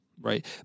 right